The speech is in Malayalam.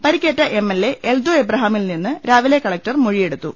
പരിക്കേറ്റ എം എൽ എ എൽദോ എബ്രഹാമിൽ നിന്ന് രാവിലെ കലക്ടർ മൊഴിയെടു ത്തു